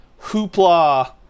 hoopla